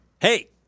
Hey